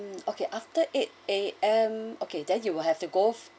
mm okay after eight A_M okay then you will have to go